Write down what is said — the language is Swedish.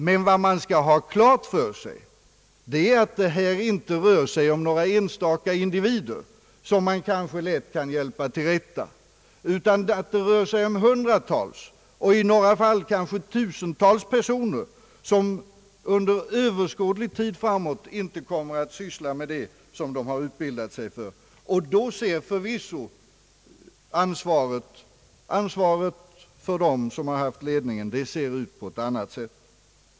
Men man skall ha klart för sig att det här inte rör sig om några enstaka individer som man kanske lätt kan hjälpa till rätta, utan att det är hundratals och i några fall kanske tusentals personer som under överskådlig tid inte kommer att syssla med det som de har utbildat sig för. Då ser förvisso ansvaret för dem som haft ledningen ut på ett annat sätt.